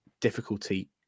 difficulty